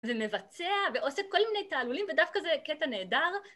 ומבצע, ועושה כל מיני תעלולים, ודווקא זה קטע נהדר.